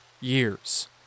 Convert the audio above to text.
years